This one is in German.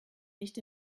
nicht